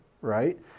right